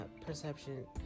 perception